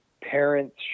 Parents